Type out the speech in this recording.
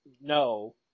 no